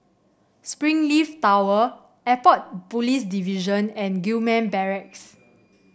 Springleaf Tower Airport Police Division and Gillman Barracks